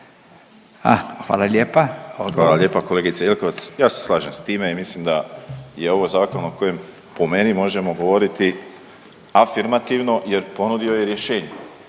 Josip (HDZ)** Hvala lijepa kolegice Jelkovac. Ja se slažem s time i mislim da je ovo zakon o kojem po meni možemo govoriti afirmativno jer ponudio je rješenje.